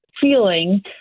feeling